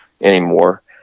anymore